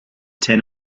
ten